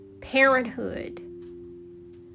parenthood